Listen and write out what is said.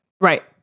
right